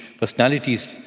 personalities